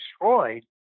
destroyed